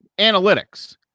analytics